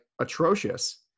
atrocious